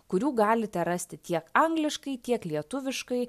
kurių galite rasti tiek angliškai tiek lietuviškai